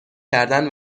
کردن